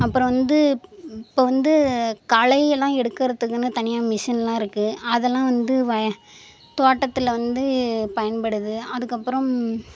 அப்புறம் வந்து இப்போ வந்து களையெல்லாம் எடுக்கிறதுக்குன்னு தனியாக மிஷின்லாம் இருக்குது அதெல்லாம் வந்து வய தோட்டத்தில் வந்து பயன்படுது அதுக்கப்புறம்